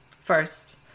first